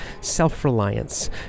Self-reliance